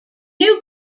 new